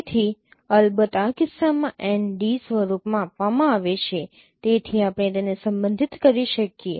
તેથી અલબત્ત આ કિસ્સામાં n d સ્વરૂપમાં આપવામાં આવે છે જેથી આપણે તેને સંબંધિત કરી શકીએ